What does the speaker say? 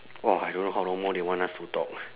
!wah! I don't know how long more they want us to talk